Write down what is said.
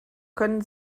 können